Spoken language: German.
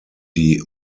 die